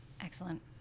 Excellent